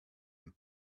and